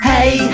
Hey